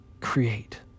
create